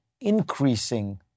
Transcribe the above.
increasing